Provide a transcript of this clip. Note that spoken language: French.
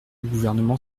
gouvernement